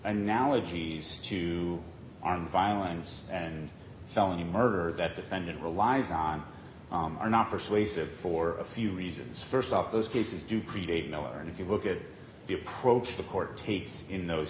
analogies to armed violence and felony murder that defendant relies on are not persuasive for a few reasons st off those cases do create miller and if you look at the approach the court takes in those